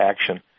action